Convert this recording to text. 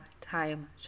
time